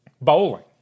Bowling